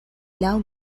laŭ